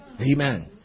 Amen